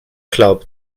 glaubt